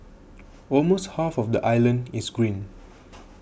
almost half of the island is green